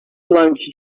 plunge